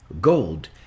gold